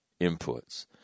inputs